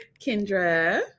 kendra